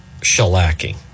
shellacking